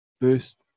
first